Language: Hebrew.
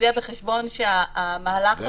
הביאה בחשבון שהמהלך הזה --- גם